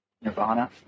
Nirvana